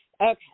Okay